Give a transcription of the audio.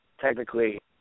technically